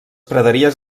praderies